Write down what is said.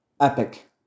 epic